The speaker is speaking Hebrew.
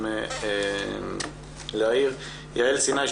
אלא זה להיכנס למקום שעיני הציבור נשואות אליו,